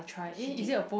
she did